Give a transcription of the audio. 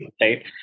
right